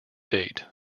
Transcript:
date